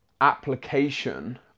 application